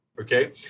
Okay